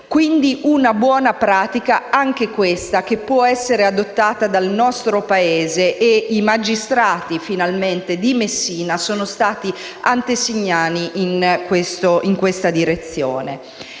Quindi una buona pratica anche questa, che può essere adottata dal nostro Paese e finalmente i magistrati di Messina sono stati antesignani in questa direzione.